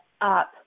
up